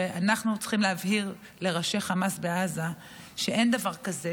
אנחנו צריכים להבהיר לראשי חמאס בעזה שאין דבר כזה